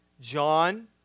John